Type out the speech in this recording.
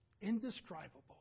indescribable